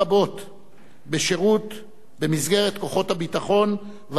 בשירות במסגרת כוחות הביטחון והשירותים החשאיים.